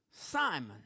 Simon